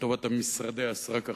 לטובת משרדי הסרק החדשים,